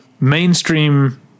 mainstream